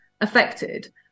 affected